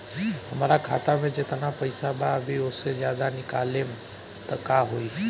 हमरा खाता मे जेतना पईसा बा अभीओसे ज्यादा निकालेम त का होई?